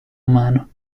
umano